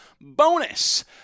bonus